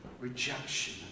rejection